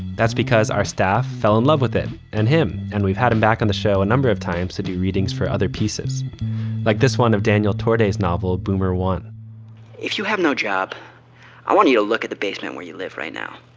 that's because our staff fell in love with him and him and we've had him back on the show a number of times to do readings for other pieces like this one of daniel today's novel boomer one if you have no job i want you to look at the basement where you live right now.